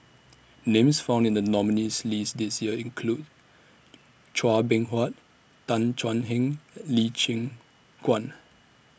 Names found in The nominees' list This Year include Chua Beng Huat Tan Thuan Heng and Lee Choon Guan